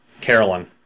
Carolyn